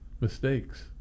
mistakes